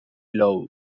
lou